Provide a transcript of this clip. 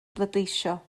bleidleisio